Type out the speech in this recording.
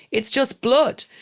it's just blood.